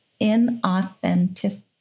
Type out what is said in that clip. inauthentic